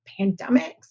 pandemics